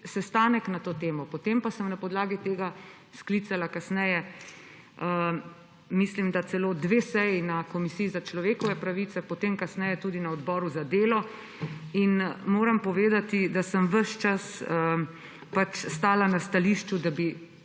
sestanek na to temo, potem pa sem kasneje na podlagi tega sklicala, mislim da, celo dve seji na komisiji za človekove pravice, potem kasneje tudi na odboru za delo. Moram povedati, da sem ves čas stala na stališču, da bi